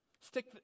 stick